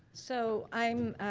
so i'm,